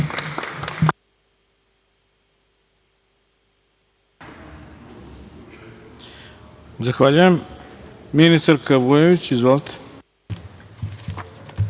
Zahvaljujem.